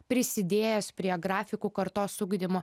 prisidėjęs prie grafikų kartos ugdymo